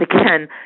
again